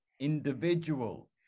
individual